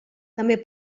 també